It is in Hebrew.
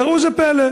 וראו זה פלא,